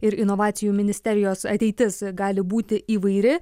ir inovacijų ministerijos ateitis gali būti įvairi